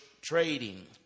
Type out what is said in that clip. trading